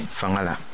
fangala